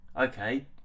Okay